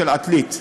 של עתלית.